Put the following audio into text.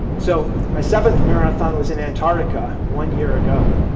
so, my seventh marathon was in antarctica one year ago.